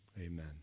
Amen